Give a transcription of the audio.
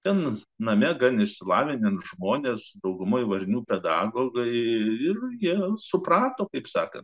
ten name gan išsilavinę žmonės daugumoje varnių pedagogai irgi suprato kaip sakant